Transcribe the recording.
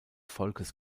volkes